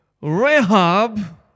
Rehab